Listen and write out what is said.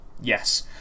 Yes